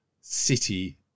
City